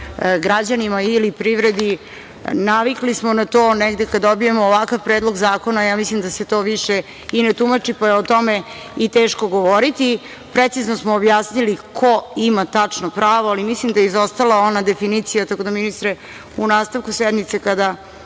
građanima ili privredi. Navikli smo na to negde kada dobijemo ovakav predlog zakona, ja mislim da se to više i ne tumači, pa je o tome i teško govoriti. Precizno smo objasnili ko ima tačno pravo, ali mislim da je izostala ona definicija, tako da, ministre, u nastavku sednice kada